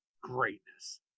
greatness